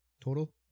total